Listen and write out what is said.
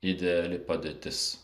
ideali padėtis